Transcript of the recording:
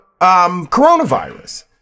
coronavirus